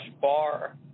bar